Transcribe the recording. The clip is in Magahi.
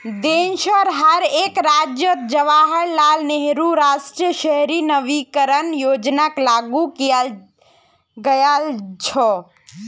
देशोंर हर एक राज्यअत जवाहरलाल नेहरू राष्ट्रीय शहरी नवीकरण योजनाक लागू कियाल गया छ